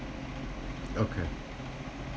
okay